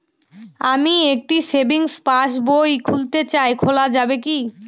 আমি একটি savings passbook খুলতে চাই খোলা যাবে কি?